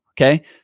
okay